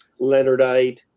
leonardite